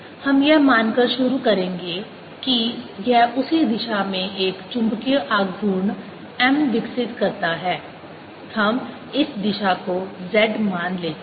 हम यह मानकर शुरू करेंगे कि यह उसी दिशा में एक चुंबकीय आघूर्ण m विकसित करता है हम इस दिशा को z मान लेते हैं